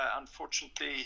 unfortunately